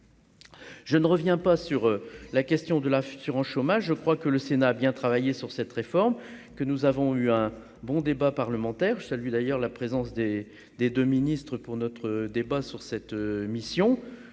je ne reviens pas sur la question de la future en chômage je crois que le Sénat a bien travaillé sur cette réforme que nous avons eu un bon débat parlementaire, celui d'ailleurs la présence des des 2 ministres pour notre débat sur cette mission,